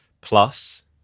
plus